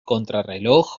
contrarreloj